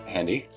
Handy